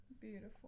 beautiful